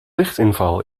lichtinval